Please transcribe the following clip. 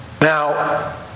Now